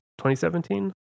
2017